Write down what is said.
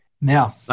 now